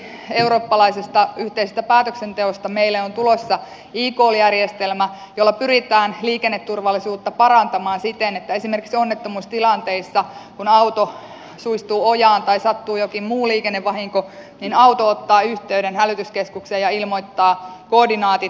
esimerkiksi eurooppalaisesta yhteisestä päätöksenteosta meille on tulossa ecall järjestelmä jolla pyritään liikenneturvallisuutta parantamaan siten että esimerkiksi onnettomuustilanteissa kun auto suistuu ojaan tai sattuu jokin muu liikennevahinko auto ottaa yhteyden hälytyskeskukseen ja ilmoittaa koordinaatit